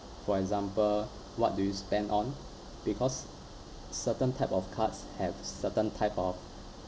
for example what do you spend on because certain type of cards have certain type of